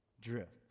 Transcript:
drift